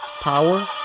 power